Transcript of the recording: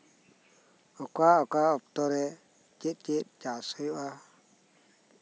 ᱚᱠᱟ ᱚᱠᱟ ᱚᱠᱛᱚᱨᱮ ᱪᱮᱫ ᱪᱮᱫ ᱪᱟᱥ ᱦᱩᱭᱩᱜᱼᱟ